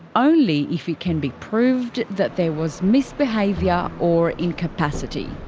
only if it can be proved that there was misbehaviour or incapacity.